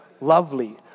lovely